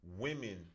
women